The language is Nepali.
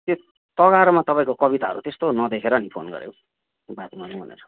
त्यो तगारोमा तपाँईको कविताहरू त्यस्तो नदेखेर नि फोन गरेको बात मारौँ भनेर